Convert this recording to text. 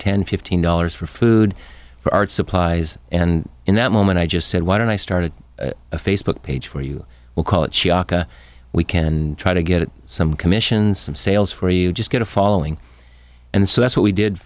ten fifteen dollars for food for art supplies and in that moment i just said why don't i started a facebook page for you we'll call it chaka we can try to get some commissions some sales for you just get a following and so that's what we did